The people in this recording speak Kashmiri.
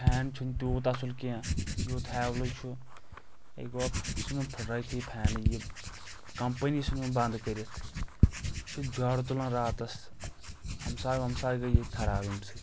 یہِ فین چھُنہٕ تیوٗت اصل کینٛہہ یُتھ ہیولٕز چھُ یہِ گوٚژھ ژھٕنُن پھٔٹرایتھٕے یہِ فین یہِ کمپٔنی ژھنوُن بنٛد کٔرتھ یہِ چھُ جیرٕ تُلان راتس ہمسایہِ ومسایہِ گٔیہِ ییٚتہِ خراب ییٚمہِ سۭتۍ